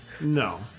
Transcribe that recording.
no